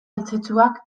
eltzetzuak